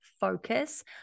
focus